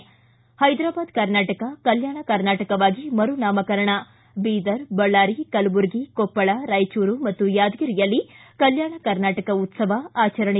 ಿ ಹೈದರಾಬಾದ್ ಕರ್ನಾಟಕ ಕಲ್ಯಾಣ ಕರ್ನಾಟಕವಾಗಿ ಮರು ನಾಮಕರಣ ಬೀದರ್ ಬಳ್ಳಾರಿ ಕಲಬುರರ್ಗಿ ಕೊಪ್ಪಳ ರಾಯಚೂರು ಮತ್ತು ಯಾದಗಿರಿಯಲ್ಲಿ ಕಲ್ಕಾಣ ಕರ್ನಾಟಕ ಉತ್ಸವ ಆಚರಣೆ